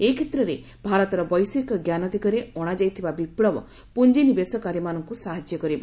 ଏ କ୍ଷେତ୍ରରେ ଭାରତର ବୈଷୟିକ ଜ୍ଞାନ ଦିଗରେ ଅଣାଯାଇଥିବା ବିପ୍ଳବ ପୁଞ୍ଜିନିବେଶକାରୀମାନଙ୍କୁ ସାହାଯ୍ୟ କରିବ